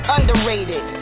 Underrated